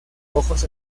ojos